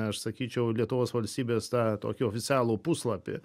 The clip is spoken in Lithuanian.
aš sakyčiau lietuvos valstybės tą tokį oficialų puslapį